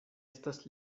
estas